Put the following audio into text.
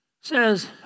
says